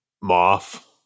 moth